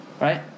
Right